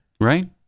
Right